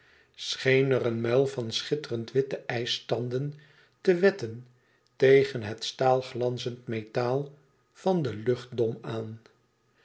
er een muil van schitterend witte ijstanden te wetten tegen het staalglanzend metaal van den luchtdom aan